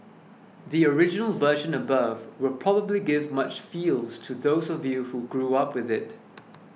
the original version above will probably give much feels to those of you who grew up with it